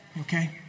Okay